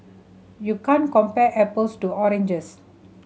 you can't compare apples to oranges